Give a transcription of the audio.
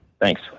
Thanks